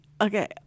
okay